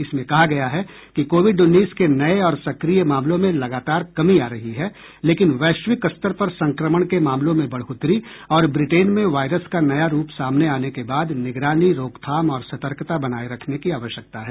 इसमें कहा गया है कि कोविड उन्नीस के नए और सक्रिय मामलों में लगातार कमी आ रही है लेकिन वैश्विक स्तर पर संक्रमण के मामलों में बढोतरी और ब्रिटेन में वायरस का नया रूप सामने आने के बाद निगरानी रोकथाम और सतर्कता बनाए रखने की आवश्यकता है